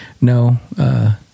No